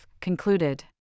concluded